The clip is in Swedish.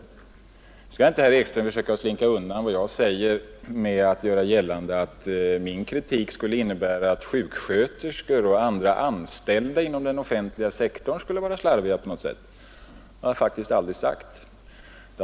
Nu skall inte heller herr Ekström försöka slinka undan med att göra gällande att min kritik skulle innebära att sjuksköterskor och andra anställda inom den offentliga sektorn skulle vara slarviga på något sätt. Det har jag faktiskt aldrig sagt.